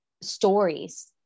stories